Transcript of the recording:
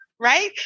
right